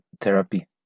therapy